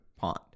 pond